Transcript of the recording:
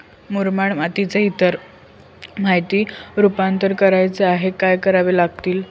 मुरमाड मातीचे इतर मातीत रुपांतर करायचे आहे, काय करावे लागेल?